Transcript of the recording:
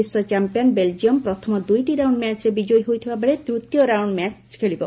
ବିଶ୍ୱ champion Belgium ପ୍ରଥମ ଦୂଇଟି ରାଉଣ୍ ମ୍ ଚ୍ରେ ବିଜୟୀ ହୋଇଥିବାବେଳେ ତୂତୀୟ ରାଉଣ୍ଡ ମ୍ୟାଚ୍ ଖେଳିବ